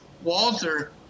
Walter